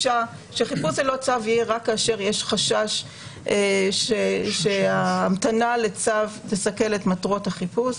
שחיפוש ללא צו יהיה רק כאשר יש חשש שההמתנה לצו תסכל את מטרות החיפוש.